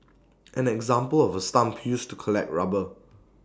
an example of A stump used to collect rubber